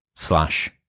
Slash